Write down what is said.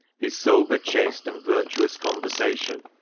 his sober, chaste, and virtuous conversation,